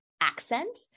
accent